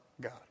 God